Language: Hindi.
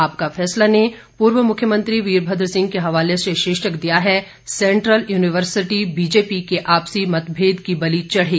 आपका फैसला ने पूर्व मुख्यमंत्री वीरभद्र सिंह के हवाले से शीर्षक दिया है सेंट्रल यूनिवर्सिटी बीजेपी के आपसी मतमेद की बलि चढ़ी